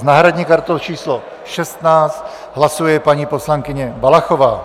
S náhradní kartou číslo 16 hlasuje paní poslankyně Valachová.